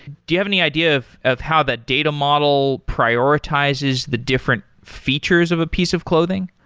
do you have any idea of of how that data model prioritizes the different features of a piece of clothing?